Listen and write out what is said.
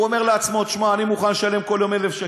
הוא אומר לעצמו: אני מוכן לשלם כל יום 1,000 שקל,